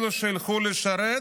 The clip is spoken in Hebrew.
אלו שילכו לשרת